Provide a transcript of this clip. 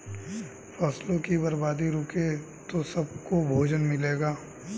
फसलों की बर्बादी रुके तो सबको भोजन मिलेगा